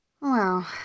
Wow